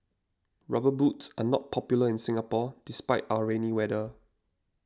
rubber boots are not popular in Singapore despite our rainy weather